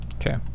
okay